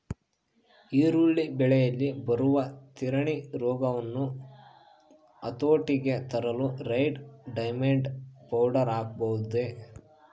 ಈರುಳ್ಳಿ ಬೆಳೆಯಲ್ಲಿ ಬರುವ ತಿರಣಿ ರೋಗವನ್ನು ಹತೋಟಿಗೆ ತರಲು ರೆಡ್ ಡೈಮಂಡ್ ಪೌಡರ್ ಹಾಕಬಹುದೇ?